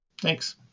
Thanks